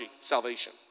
salvation